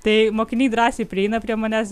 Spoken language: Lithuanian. tai mokiniai drąsiai prieina prie manęs